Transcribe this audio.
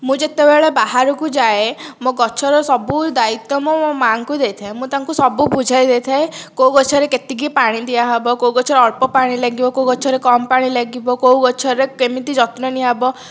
ମୁଁ ଯେତେବେଳେ ବାହାରକୁ ଯାଏ ମୋ ଗଛର ସବୁ ଦାୟିତ୍ଵ ମୋ ମା'ଙ୍କୁ ଦେଇଥାଏ ମୁଁ ତାଙ୍କୁ ସବୁ ବୁଝାଇଦେଇଥାଏ କେଉଁ ଗଛରେ କେତିକି ପାଣି ଦିଆହେବ କେଉଁ ଗଛରେ ଅଳ୍ପ ପାଣି ଲାଗିବ କେଉଁ ଗଛରେ କମ୍ ପାଣି ଲାଗିବ କେଉଁ ଗଛରେ କେମିତି ଯତ୍ନ ନିଆହେବ